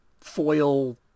foil